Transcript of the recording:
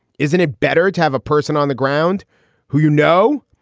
isn't it better to have a person on the ground who, you know,